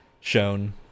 shown